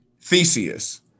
Theseus